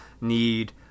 need